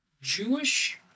Jewish